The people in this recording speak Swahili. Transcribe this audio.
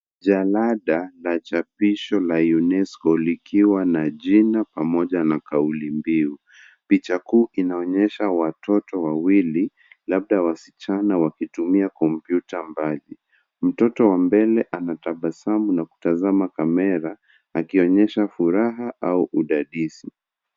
Jalada na chapisho la UNESCO likiwa na jina pamoja na kaulimbiu. Picha kuu inaonyesha watoto wawili labda wasichana wakitumia kompyuta mbali. Mtoto wa mbele anatabasamu na kutazama kamera akionyesha furaha au udadisi.